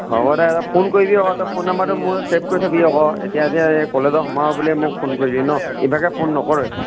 হ'ব দে তই ফোন কৰিবি আক' তই ফোন নম্বৰটো মোৰ ছে'ভ কৰি থবি আক' এতিয়া যে এই কলেজৰ সমাৰোহ বুলিয়ে মোক ফোন কৰিলি ন ইভাগে ফোন নকৰই